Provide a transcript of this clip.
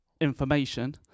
information